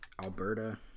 Alberta